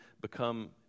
become